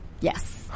Yes